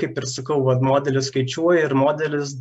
kaip ir sakau va modelis skaičiuoja ir modelis